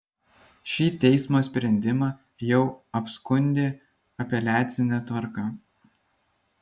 šį teismo sprendimą jau apskundė apeliacine tvarka